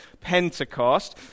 Pentecost